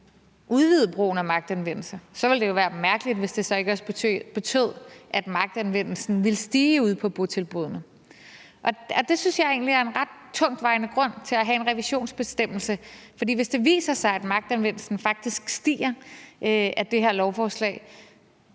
udvide brugen af magtanvendelse. Så ville det jo være mærkeligt, hvis det så ikke også betød, at magtanvendelsen ville stige ude på botilbuddene. Det synes jeg egentlig er en ret tungtvejende grund til at have en revisionsbestemmelse, for hvis det viser sig, at magtanvendelsen faktisk stiger med det her lovforslag,